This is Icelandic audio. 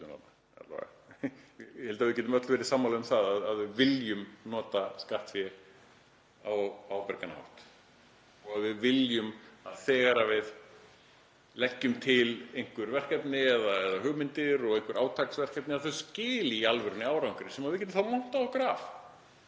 Ég held að við getum öll verið sammála um að við viljum nota skattfé á ábyrgan hátt. Við viljum að þegar við leggjum til einhver verkefni eða hugmyndir og átaksverkefni að þau skili í alvörunni árangri sem við getum þá montað okkur